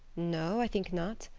no, i think not.